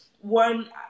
one